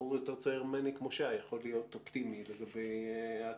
בחור יותר צעיר ממני כמו שי יכול להיות אופטימי לגבי העתיד.